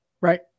right